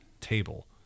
table